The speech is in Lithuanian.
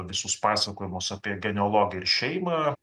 visus pasakojimus apie genealogiją ir šeimą